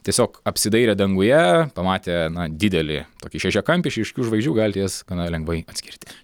tiesiog apsidairę danguje pamatę na didelį tokį šešiakampį iš ryškių žvaigždžių galite jas gana lengvai atskirti